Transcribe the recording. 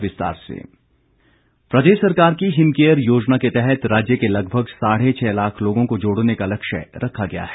विपिन परमार प्रदेश सरकार की हिमकेयर योजना के तहत राज्य के लगभग साढ़े छः लाख लोगों को जोड़ने का लक्ष्य रखा गया है